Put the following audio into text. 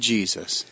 Jesus